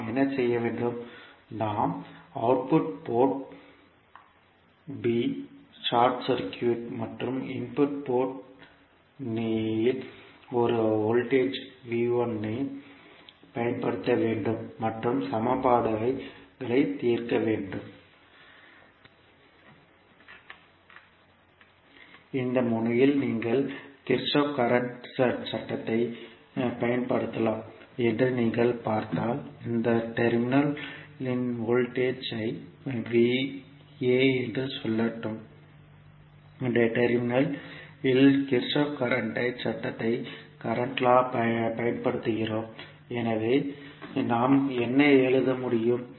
நாம் output port ஐ short circuit மற்றும் இன்புட் போர்ட் இல் ஒரு வோல்டேஜ் ஐப் பயன்படுத்த வேண்டும் மற்றும் சமன்பாடுகளை தீர்க்க வேண்டும் இந்த முனையில் நீங்கள் கிர்ச்சோஃப் கரண்ட் சட்டத்தைப் பயன்படுத்தலாம் என்று நீங்கள் பார்த்தால் இந்த டெர்மினல் இன் வோல்டேஜ் ஐ என்று சொல்லட்டும் இந்த டெர்மினல் இல் கிர்ச்சோஃப் கரண்ட் சட்டத்தைப் பயன்படுத்துகிறோம் எனவே நாம் என்ன எழுத முடியும்